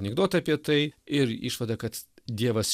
anekdotą apie tai ir išvada kad dievas